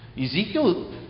Ezekiel